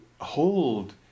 hold